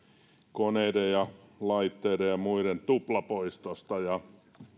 koneiden ja laitteiden ja muiden tuplapoistosta ja